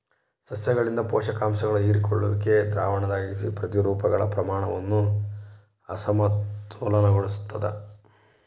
ಸಸ್ಯಗಳಿಂದ ಪೋಷಕಾಂಶಗಳ ಹೀರಿಕೊಳ್ಳುವಿಕೆಯು ದ್ರಾವಣದಾಗಿನ ಪ್ರತಿರೂಪಗಳ ಪ್ರಮಾಣವನ್ನು ಅಸಮತೋಲನಗೊಳಿಸ್ತದ